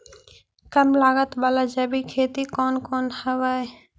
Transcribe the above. कम लागत वाला जैविक खेती कौन कौन से हईय्य?